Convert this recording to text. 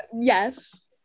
yes